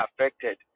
affected